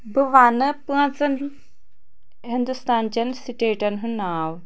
بہٕ ونہٕ پانٛژن ہندوستان چٮ۪ن سٹیٹن ہُنٛد ناو